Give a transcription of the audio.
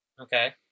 Okay